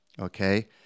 okay